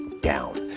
down